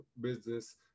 business